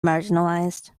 marginalised